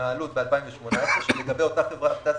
מהעלות ב-2018 לגבי אותה חברה,